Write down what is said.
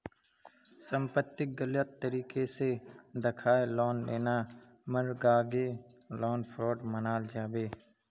संपत्तिक गलत तरीके से दखाएँ लोन लेना मर्गागे लोन फ्रॉड मनाल जाबे